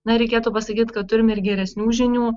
na ir reikėtų pasakyt kad turim ir geresnių žinių